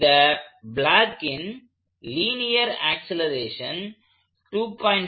இந்த பிளாக்கைனெ் linear acceleration 2